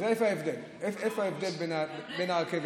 אז איפה ההבדל בין הרכבת,